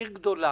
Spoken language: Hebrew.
לעיר גדולה,